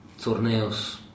Torneos